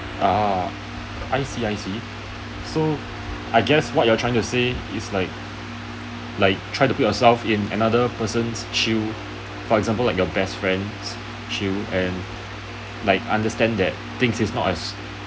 ah I see I see so I guess what you're trying to say is like like try to put yourself in another person's shoe for example like your best friend's shoe like understand that thing is not as